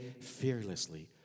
fearlessly